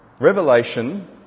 Revelation